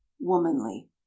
womanly